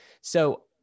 So-